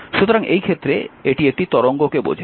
সুতরাং এই ক্ষেত্রে এটি একটি তরঙ্গকে বোঝায়